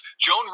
Joan